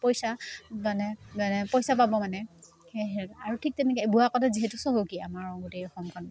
পইচা মানে মানে পইচা পাব মানে সেই আৰু ঠিক তেনেকে বোৱা কটাত যিহেতু চহকী আমাৰ গোটেই অসমখন